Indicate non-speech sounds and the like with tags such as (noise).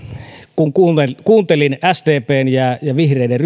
kun kuuntelin sdpn ja vihreiden (unintelligible)